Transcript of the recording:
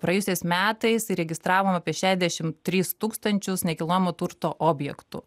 praėjusiais metais įregistravom apie šešiasdešim tris tūkstančius nekilnojamo turto objektų